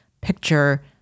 picture